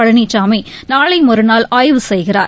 பழனிசாமி நாளை மறுநாள் ஆய்வு செய்கிறார்